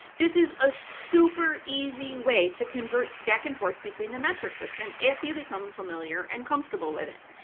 this is a super easy way to convert back and forth between the metric system if you become familiar and comfortable with it.